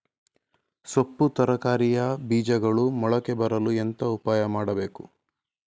ಸೊಪ್ಪು ತರಕಾರಿಯ ಬೀಜಗಳು ಮೊಳಕೆ ಬರಲು ಎಂತ ಉಪಾಯ ಮಾಡಬೇಕು?